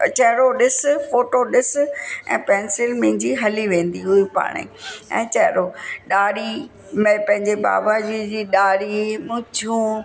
चहिरो ॾिस फ़ोटो ॾिस ऐं पैंसिल मुंहिंजी हली वेंदी उहे पाणे ई ऐं चहिरो ॾाढ़ी मैं पंहिंजे बाबाजी जी ॾाढ़ी मुछूं